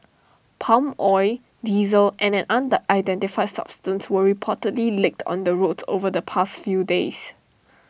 palm oil diesel and an unidentified substance were reportedly leaked on the roads over the past few days